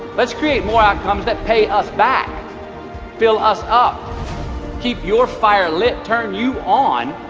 let's create more outcomes that pay us back fill us up keep your fire lit, turn you on,